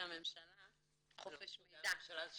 הממשלה --- זה לא של משרדי הממשלה,